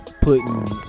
putting